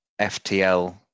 FTL